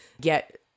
get